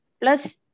plus